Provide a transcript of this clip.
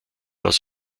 aus